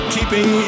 Keeping